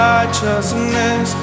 Righteousness